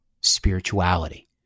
spirituality